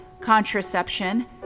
contraception